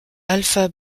alpha